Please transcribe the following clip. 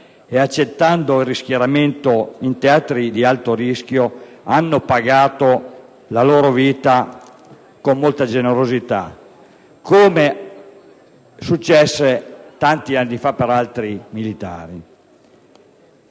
e accettando lo schieramento in teatri di alto rischio, hanno pagato la loro vita, con molta generosità, come successe tanti anni fa per altri militari.